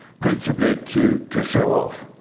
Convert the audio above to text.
principally to to show off.